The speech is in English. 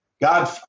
God